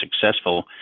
successful